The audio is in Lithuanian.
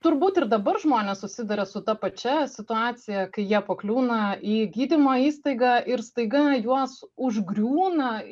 turbūt ir dabar žmonės susiduria su ta pačia situacija kai jie pakliūna į gydymo įstaigą ir staiga juos užgriūna